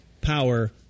power